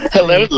Hello